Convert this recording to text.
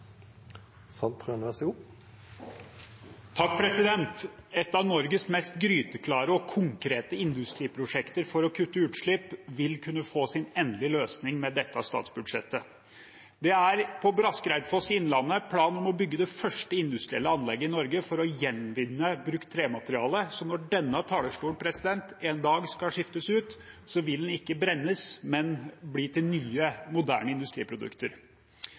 Et av Norges mest gryteklare og konkrete industriprosjekter for å kutte utslipp vil kunne få sin endelige løsning med dette statsbudsjettet. Det er en plan om å bygge det første industrielle anlegget i Norge for å gjenvinne brukt tremateriale på Braskereidfoss i Innlandet. Så når denne talerstolen en dag skal skiftes ut, vil den ikke brennes, men bli til nye, moderne industriprodukter.